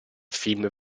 film